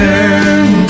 Turn